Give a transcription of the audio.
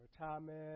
retirement